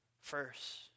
first